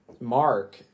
Mark